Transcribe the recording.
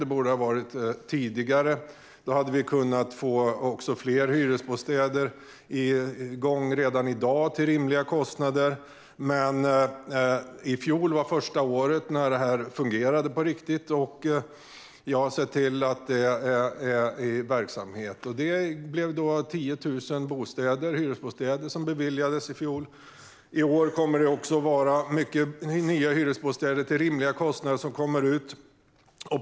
Det borde ha skett tidigare, för då hade vi haft fler hyresbostäder till rimliga kostnader på gång redan i dag. I fjol var första året då detta fungerade på riktigt, och jag har sett till att det har satts i verksamhet. I fjol beviljades 10 000 hyresbostäder, och i år kommer det också att komma ut många nya hyresbostäder till rimliga kostnader.